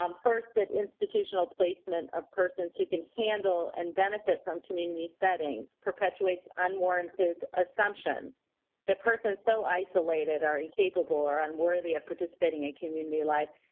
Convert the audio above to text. um first, that institutional placement of persons who can handle and benefit from community setting perpetuates unwarranted assumptions that persons so isolated are incapable or unworthy of participating in community life.